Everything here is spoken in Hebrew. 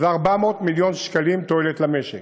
זה 400 מיליון שקלים תועלת למשק.